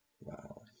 Wow